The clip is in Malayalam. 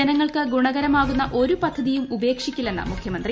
ജനങ്ങൾക്ക് ഗുണകരമാകുന്ന ഒരു പദ്ധതിയും ഉപേക്ഷിക്കില്ലെന്ന് മുഖ്യമന്ത്രി